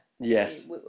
Yes